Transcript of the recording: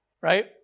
Right